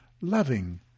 loving